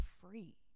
free